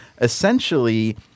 Essentially